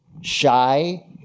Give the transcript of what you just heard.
shy